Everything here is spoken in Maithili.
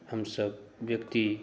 हमसभ व्यक्ति